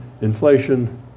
inflation